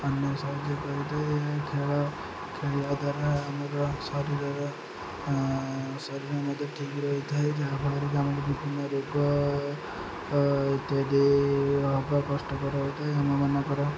ଅନ୍ୟ ସାହାଯ୍ୟ କରିଥାଏ ଖେଳ ଖେଳିବା ଦ୍ୱାରା ଆମର ଶରୀରର ଶରୀର ମଧ୍ୟ ଠିକ୍ ରହିଥାଏ ଯାହାଫଳରେ ଆମର ବିଭିନ୍ନ ରୋଗ ଇତ୍ୟାଦି ହେବା କଷ୍ଟକର ହୋଇଥାଏ ଆମମାନଙ୍କର